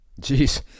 jeez